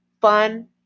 fun